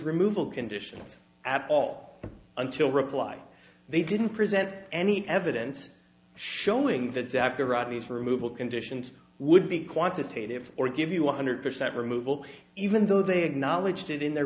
removal conditions at all until reply they didn't present any evidence showing that zacharias removal conditions would be quantitative or give you one hundred percent removal even though they acknowledged it in their